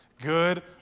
good